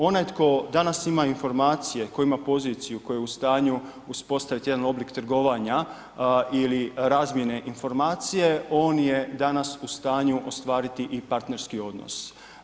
Onaj tko danas ima informacije, tko ima poziciju, tko je u stanju uspostavit jedan oblik trgovanja ili razmjene informacije, on je danas u stanju ostvariti i partnerski odnos.